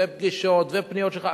ופגישות ופניות שלך,